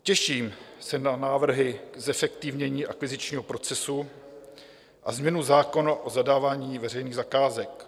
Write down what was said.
Těším se na návrhy zefektivnění akvizičního procesu a změnu zákona o zadávání veřejných zakázek.